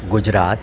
Gujarat